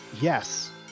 yes